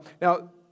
now